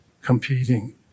Competing